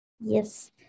Yes